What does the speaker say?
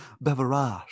beverage